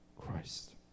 Christ